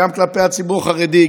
גם כלפי הציבור החרדי,